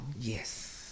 Yes